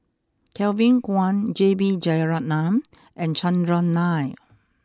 Kevin Kwan J B Jeyaretnam and Chandran Nair